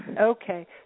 Okay